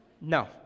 No